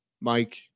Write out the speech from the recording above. Mike